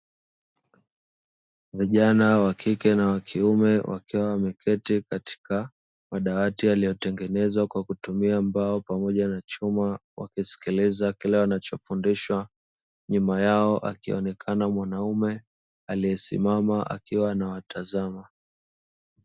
Vijana wa kike na kiume wakiwa wameketi katika madawati yaliyotengenezwa kwa kutumia mbao pamoja na chuma wakisikiliza kila wanachofundishwa, nyuma yao akionekana mwanaume aliyesimama akiwa anawatazama.